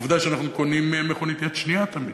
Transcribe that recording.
עובדה שאנחנו קונים מהם מכונית יד שנייה תמיד.